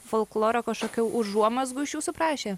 folkloro kažkokių užuomazgų iš jūsų prašė